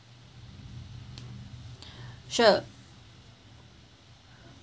sure